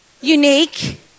unique